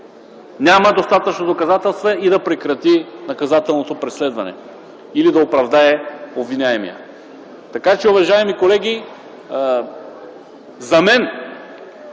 няма достатъчно доказателства и да прекрати наказателното преследване или да оправдае обвиняемия. Така че, уважаеми колеги, за мен,